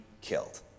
killed